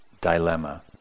dilemma